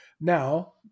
now